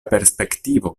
perspektivo